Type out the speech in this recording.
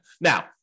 Now